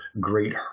great